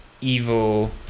evil